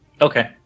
Okay